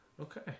Okay